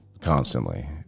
constantly